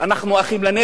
אנחנו אחים לנשק,